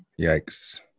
Yikes